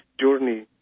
journey